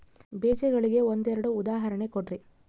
ಬೇಜಗಳಿಗೆ ಒಂದೆರಡು ಉದಾಹರಣೆ ಕೊಡ್ರಿ?